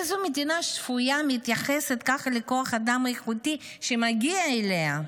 איזה מדינה שפויה מתייחסת ככה לכוח אדם איכותי שמגיע אליה?